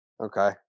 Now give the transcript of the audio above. okay